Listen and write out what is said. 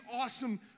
awesome